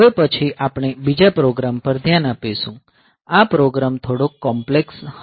હવે પછી આપણે બીજા પ્રોગ્રામ પર ધ્યાન આપીશું આ પ્રોગ્રામ થોડો કોમ્પ્લેક્સ છે